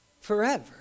forever